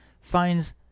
Finds